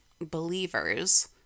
believers